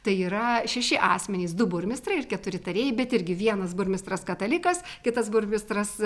tai yra šeši asmenys du burmistrai ir keturi tarėjai bet irgi vienas burmistras katalikas kitas burmistras